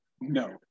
No